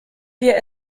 wir